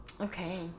Okay